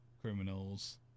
criminals